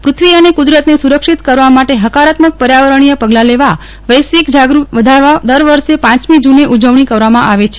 પૃથ્વી અને કુદરતને સુરક્ષિત કરવા માટે હકારાત્મક પર્યાવરણીય પગલા લેવા વૈશ્વિક જાગરૂકતા વધારવા દર વર્ષે પાંચમી જૂને ઉજવણી કરવામાં આવે છે